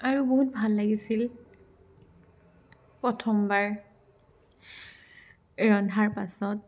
আৰু বহুত ভাল লাগিছিল প্ৰথমবাৰ ৰন্ধাৰ পাছত